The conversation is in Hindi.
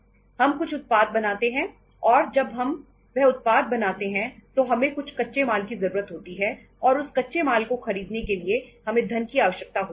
हम कुछ उत्पाद बनाते हैं और जब हम वह उत्पाद बनाते हैं तो हमें कुछ कच्चे माल की जरूरत होती है और उस कच्चे माल को खरीदने के लिए हमें धन की आवश्यकता होती है